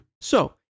So-